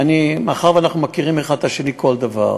מאחר שאנחנו מכירים האחד את השני כל דבר.